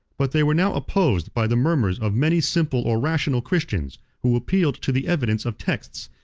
but they were now opposed by the murmurs of many simple or rational christians, who appealed to the evidence of texts,